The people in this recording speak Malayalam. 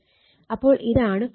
അപ്പോൾ ഇതാണ് ∅21